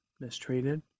mistreated